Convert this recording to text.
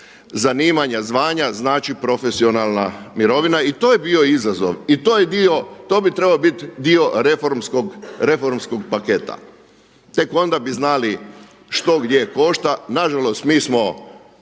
zanimanja, zvanja znači profesionalna mirovina. I to je bio izazov, i to je dio, to bi trebao biti dio reformskog paketa, tek onda bi znali što gdje košta. Nažalost, mi smo